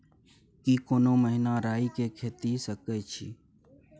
की कोनो महिना राई के खेती के सकैछी?